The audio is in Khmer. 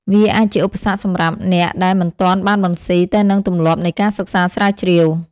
វាអាចជាឧបសគ្គសម្រាប់អ្នកដែលមិនទាន់បានបន្ស៊ីទៅនឹងទម្លាប់នៃការសិក្សាស្រាវជ្រាវ។